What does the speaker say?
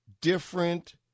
different